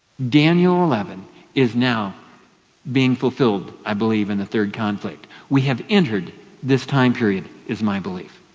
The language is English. daniel eleven is now being fulfilled i believe, in the third conflict. we have entered this time period, is my belief.